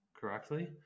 correctly